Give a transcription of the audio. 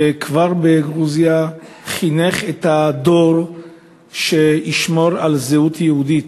וכבר בגרוזיה חינך את הדור שישמור על זהות יהודית,